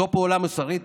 זו פעולה מוסרית?